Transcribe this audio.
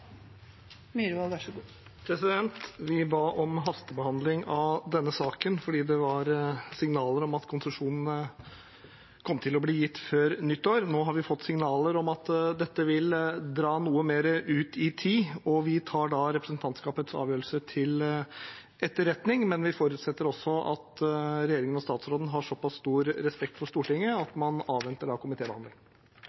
Myhrvold har bedt om ordet. Vi ba om hastebehandling av denne saken fordi det var signaler om at konsesjonen kom til å bli gitt før nyttår. Nå har vi fått signaler om at dette vil dra noe mer ut i tid. Vi tar da presidentskapets avgjørelse til etterretning, men vi forutsetter også at regjeringen og statsråden har såpass stor respekt for Stortinget at